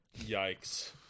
Yikes